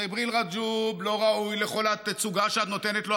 ג'יבריל רג'וב לא ראוי לכל התצוגה שאת נותנת לו.